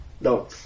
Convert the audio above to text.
No